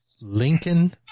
Lincoln